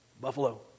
Buffalo